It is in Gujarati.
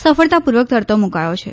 સફળતાપૂર્વક તરતો મુકાયો છે